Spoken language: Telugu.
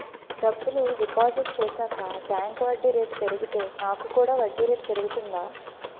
డబ్బులు డిపాజిట్ చేశాక బ్యాంక్ వడ్డీ రేటు పెరిగితే నాకు కూడా వడ్డీ రేటు పెరుగుతుందా?